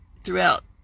throughout